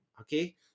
Okay